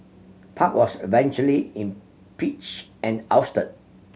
park was eventually impeached and ousted